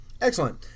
Excellent